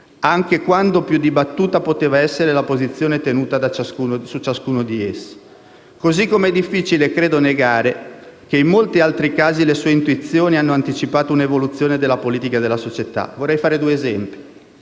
anche quando più dibattuta poteva essere la posizione tenuta su ciascuno di essi. Allo stesso modo è difficile negare che in molti altri casi le sue intuizioni hanno anticipato un'evoluzione della politica e della società. Vorrei fare due esempi.